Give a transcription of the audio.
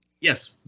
Yes